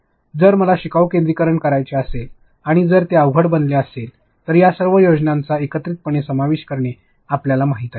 जर मला शिकावू केंद्रीकरण करायचे असेल आणि जर ते अवघड बनले असेल तर या सर्व योजनांचा एकत्रितपणे समावेश करणे आपल्याला माहित आहे